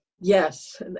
Yes